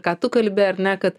ką tu kalbi ar ne kad